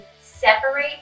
separate